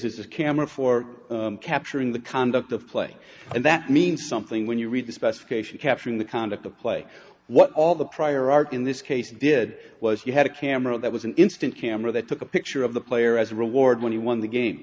is a camera for capturing the conduct of play and that means something when you read the specification capturing the conduct the play what all the prior art in this case did was you had a camera that was an instant camera that took a picture of the player as a reward when he won the game